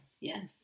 Yes